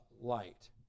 light